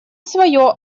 свое